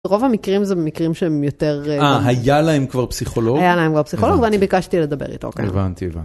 רוב המקרים זה מקרים שהם יותר... אה, היה להם כבר פסיכולוג? היה להם כבר פסיכולוג ואני ביקשתי לדבר איתו, כן. הבנתי, הבנתי.